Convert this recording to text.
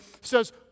says